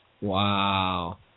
Wow